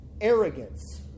arrogance